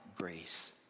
grace